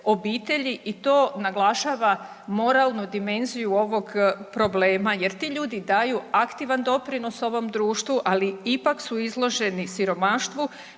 obitelji i to naglašava moralnu dimenziju ovog problema jer ti ljudi daju aktivan doprinos ovom društvu, ali ipak su izloženi siromaštvu,